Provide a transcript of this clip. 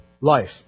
life